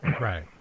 Right